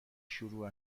شروع